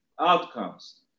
Outcomes